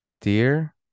Dear